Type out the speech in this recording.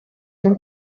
mewn